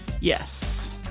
Yes